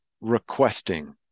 requesting